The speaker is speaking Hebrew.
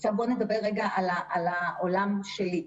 עכשיו בואו נדבר רגע על העולם שלי.